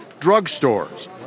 drugstores